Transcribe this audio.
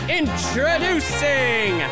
introducing